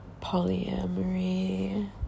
polyamory